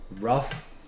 rough